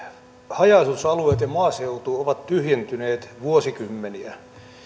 haja asutusalueet ja maaseutu ovat tyhjentyneet vuosikymmeniä